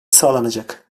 sağlanacak